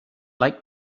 like